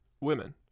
Women